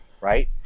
right